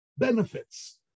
benefits